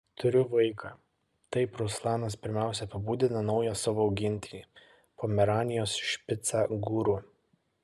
turiu vaiką taip ruslanas pirmiausia apibūdina naują savo augintinį pomeranijos špicą guru